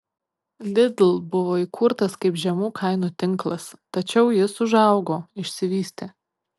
lidl buvo įkurtas kaip žemų kainų tinklas tačiau jis užaugo išsivystė